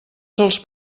sols